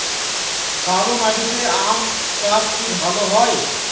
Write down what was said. কালো মাটিতে আম চাষ কি ভালো হয়?